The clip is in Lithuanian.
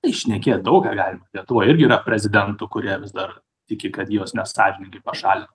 tai šnekėt daug ką galima lietuvoj irgi yra prezidentų kurie vis dar tiki kad juos nesąžiningai pašalino